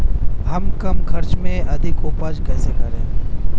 हम कम खर्च में अधिक उपज कैसे करें?